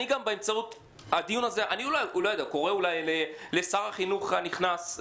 אני קורא לשר החינוך הנכנס,